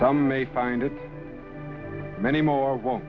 some may find it many more won't